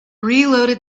reloaded